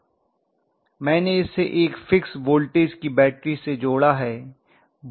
मैंने इसे एक फिक्स्ड वोल्टेज की बैटरी से जोड़ा है